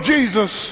Jesus